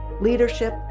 leadership